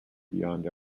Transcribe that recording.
beyond